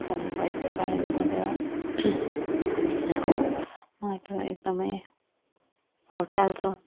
भन भएको कारणले गर्दा यहाँको माटो एकदम फर्टाइल छ